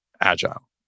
agile